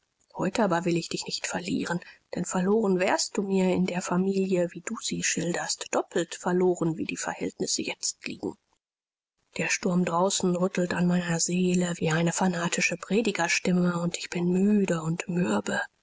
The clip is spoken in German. heute aber will ich dich nicht verlieren denn verloren wärst du mir in der familie wie du sie schilderst doppelt verloren wie die verhältnisse jetzt liegen der sturm draußen rüttelt an meiner seele wie eine fanatische predigerstimme und ich bin müde und mürbe